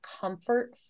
comfort